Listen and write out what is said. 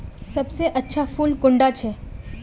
सबसे अच्छा फुल कुंडा छै?